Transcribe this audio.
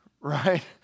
right